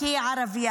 כי היא ערבייה.